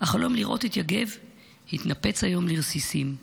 החלום לראות את יגב התנפץ היום לרסיסים.